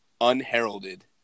unheralded